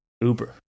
Uber